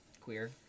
queer